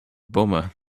bummer